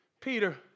Peter